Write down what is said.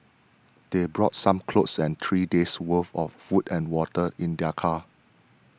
they brought some clothes and three days' worth of food and water in their car